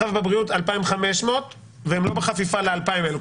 ובבריאות 2,500 והם לא בחפיפה ל-2,000 האלה,